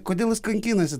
kodėl jis kankinasi